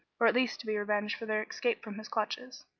or at least to be revenged for their escape from his clutches.